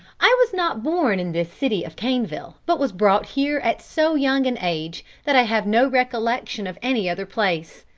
i was not born in this city of caneville, but was brought here at so young an age, that i have no recollection of any other place.